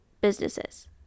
businesses